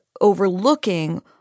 overlooking